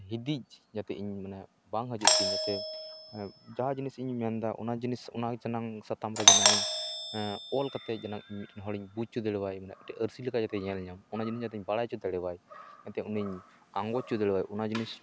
ᱦᱤᱫᱤᱡ ᱡᱟᱛᱮ ᱤᱧ ᱢᱟᱱᱮ ᱵᱟᱝ ᱦᱤᱡᱩᱜ ᱛᱤᱧ ᱡᱟᱛᱮ ᱡᱟᱦᱟᱸ ᱡᱤᱱᱤᱥ ᱤᱧᱤᱧ ᱢᱮᱱᱮᱫᱟ ᱚᱱᱟ ᱡᱤᱱᱤᱥ ᱚᱱᱟ ᱡᱟᱱᱟᱝ ᱥᱟᱛᱟᱢ ᱨᱮ ᱡᱮᱱᱟᱝ ᱤᱧ ᱚᱞ ᱠᱟᱛᱮ ᱡᱮᱱᱚ ᱢᱤᱫ ᱦᱚᱲ ᱤᱧ ᱵᱩᱡᱽ ᱪᱚ ᱫᱟᱲᱮ ᱟᱭ ᱟᱹᱨᱥᱤ ᱞᱮᱠᱟ ᱡᱟᱛᱮᱭ ᱧᱮᱞ ᱧᱟᱢ ᱚᱱᱟ ᱡᱤᱱᱤᱥ ᱡᱟᱛᱮᱧ ᱵᱟᱲᱟᱭ ᱪᱚ ᱫᱟᱲᱮᱣᱟᱭ ᱡᱟᱛᱮ ᱩᱱᱤᱧ ᱟᱸᱜᱚᱪ ᱪᱚ ᱫᱟᱲᱮᱣᱟᱭ ᱚᱱᱟ ᱡᱤᱱᱤᱥ